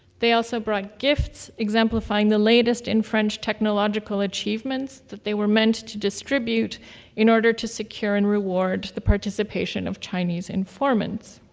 they also brought gifts exemplifying the latest in french technological achievements that they were meant to distribute in order to secure and reward the participation of chinese informants.